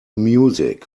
music